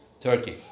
Turkey